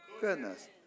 Goodness